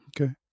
Okay